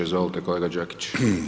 Izvolite kolega Đakić.